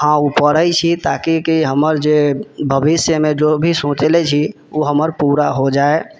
हँ ओ पढ़ै छी ताकि हमर जे भविष्यमे जे भी सोचले छी ओ हमर पूरा हो जाइ